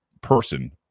person